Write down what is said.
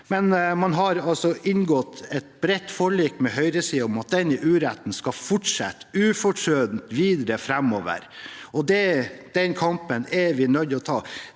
men man har altså inngått et bredt forlik med høyresiden om at denne uretten skal fortsette ufortrødent videre framover, og den kampen er vi nødt til å ta.